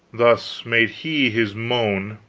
thus made he his moan,